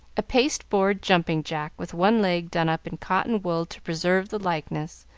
a pasteboard jumping-jack, with one leg done up in cotton-wool to preserve the likeness,